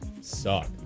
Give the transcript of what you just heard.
suck